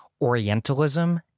Orientalism